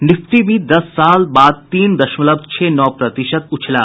Nifty भी दस साल बाद तीन दमशलव छह नौ प्रतिशत उछला